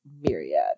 Myriad